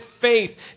faith